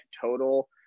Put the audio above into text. total